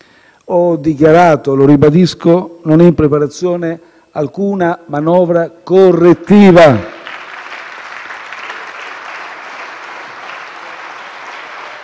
Ho dichiarato e lo ribadisco che non è in preparazione alcuna manovra correttiva.